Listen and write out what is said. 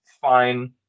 fine